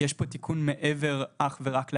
יש פה תיקון מעבר אך ורק לאגרות,